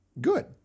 good